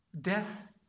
death